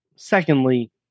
Secondly